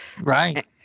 Right